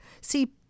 see